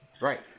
Right